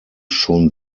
schon